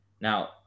Now